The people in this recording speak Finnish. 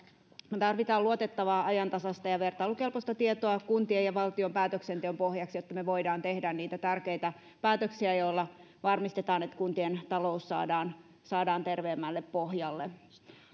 me tarvitsemme luotettavaa ajantasaista ja vertailukelpoista tietoa kuntien ja valtion päätöksenteon pohjaksi jotta me voimme tehdä niitä tärkeitä päätöksiä joilla varmistetaan että kuntien talous saadaan saadaan terveemmälle pohjalle